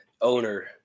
owner